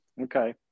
Okay